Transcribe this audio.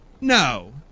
No